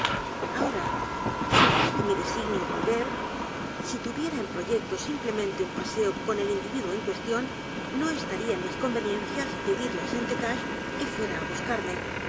ahora si fuera mi designio volver si tuviera en proyecto simplemente un paseo con el individuo en cuestión no estaría en mis conveniencias pedirle á st eustache que fuera á b